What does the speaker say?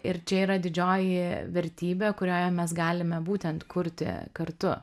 ir čia yra didžioji vertybė kurioje mes galime būtent kurti kartu